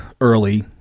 early